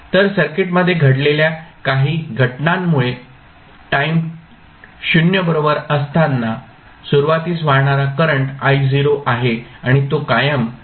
तर सर्किटमध्ये घडलेल्या काही घटनांमुळे टाईम 0 बरोबर असताना सुरुवातीस वाहणारा करंट I0 आहे आणि तो कायम ठेवला जाईल